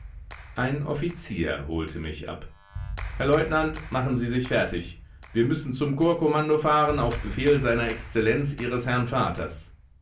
ein offizier holte mich ab herr leutnant machen sie sich fertig wir müssen zum korpskommando fahren auf befehl seiner exzellenz ihres herrn vaters